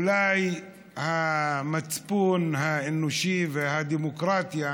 אולי המצפון האנושי והדמוקרטיה